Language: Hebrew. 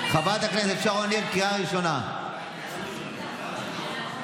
יש לך הזדמנות לפנות למילואימניקים ולדבר איתם.